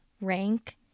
rank